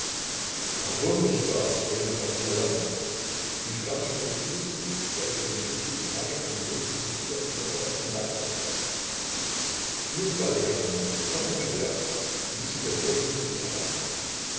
warum nicht gar höhnte katerina lwowna sie sperrte schnell die türe zu steckte den schlüssel in die tasche und legte sich wieder in ihrer offenen jacke aufs bett nun sserjoscha mein liebster komm einmal her rief sie den burschen zu sich heran